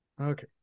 okay